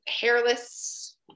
hairless